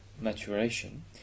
maturation